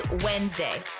Wednesday